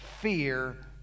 fear